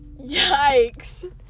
yikes